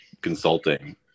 consulting